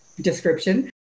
Description